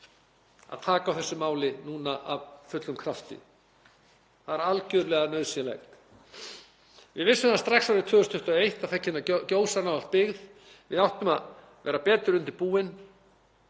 að taka á þessu máli núna af fullum krafti. Það er algerlega nauðsynlegt. Við vissum það strax árið 2021 að það kynni að gjósa nálægt byggð. Við áttum að vera betur undirbúin.